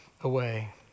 away